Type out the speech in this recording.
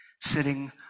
sitting